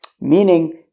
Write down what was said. meaning